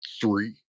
three